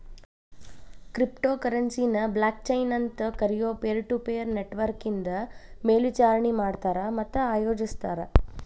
crypto ಕರೆನ್ಸಿನ blockchain ಅಂತ್ ಕರಿಯೊ ಪೇರ್ಟುಪೇರ್ ನೆಟ್ವರ್ಕ್ನಿಂದ ಮೇಲ್ವಿಚಾರಣಿ ಮಾಡ್ತಾರ ಮತ್ತ ಆಯೋಜಿಸ್ತಾರ